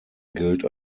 gilt